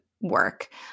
work